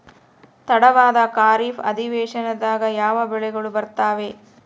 ತಡವಾದ ಖಾರೇಫ್ ಅಧಿವೇಶನದಾಗ ಯಾವ ಬೆಳೆಗಳು ಬರ್ತಾವೆ?